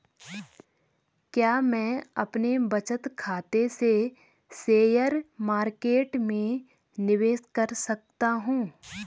क्या मैं अपने बचत खाते से शेयर मार्केट में निवेश कर सकता हूँ?